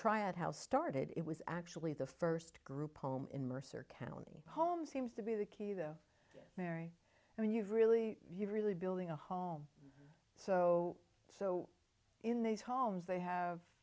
house started it was actually the first group home in mercer county home seems to be the key though mary i mean you've really really building a home so so in these homes they have